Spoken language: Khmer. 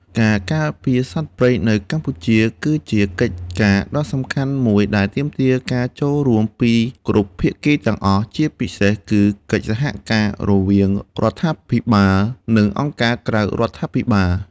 ការការពារសត្វព្រៃនៅកម្ពុជា គឺជាកិច្ចការដ៏សំខាន់មួយដែលទាមទារការចូលរួមពីគ្រប់ភាគីទាំងអស់ ជាពិសេសគឺកិច្ចសហការរវាងរដ្ឋាភិបាល និងអង្គការក្រៅរដ្ឋាភិបាល។